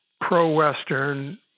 pro-Western